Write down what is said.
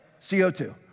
CO2